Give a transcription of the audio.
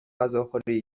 غذاخوری